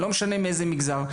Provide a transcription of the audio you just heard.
לא משנה מאיזה מגזר,